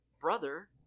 brother